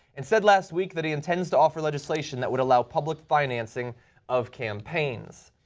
and said last week that he intends to offer legislation that would allow public financing of campaigns.